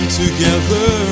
together